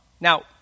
Now